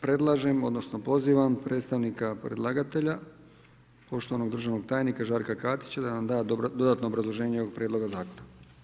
Predlažem, odnosno pozivam predstavnika predlagatelja, poštovanog državnog tajnika Žarka Katića da nam da dodatno obrazloženje ovog Prijedloga zakona.